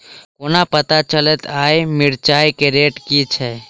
कोना पत्ता चलतै आय मिर्चाय केँ रेट की छै?